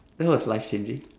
that was life changing